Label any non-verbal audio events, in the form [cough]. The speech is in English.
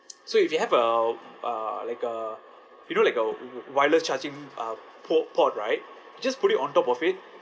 [noise] so if you have a uh like a you know like a w~ w~ wireless charging uh po~ port right you just put it on top of it